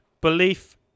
belief